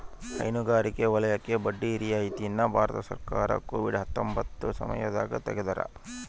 ಹೈನುಗಾರಿಕೆ ವಲಯಕ್ಕೆ ಬಡ್ಡಿ ರಿಯಾಯಿತಿ ನ ಭಾರತ ಸರ್ಕಾರ ಕೋವಿಡ್ ಹತ್ತೊಂಬತ್ತ ಸಮಯದಾಗ ತೆಗ್ದಾರ